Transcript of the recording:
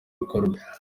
bikorwa